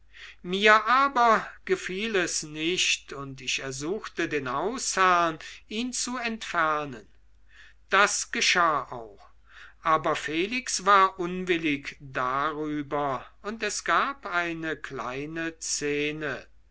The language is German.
mir aber gefiel er nicht und ich ersuchte den hausherrn ihn zu entfernen das geschah auch aber felix war unwillig darüber und es gab eine kleine szene